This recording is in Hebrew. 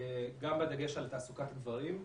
בדגש על תעסוקת גברים,